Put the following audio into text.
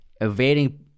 evading